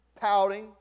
pouting